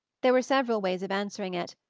there were several ways of answering it,